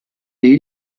dei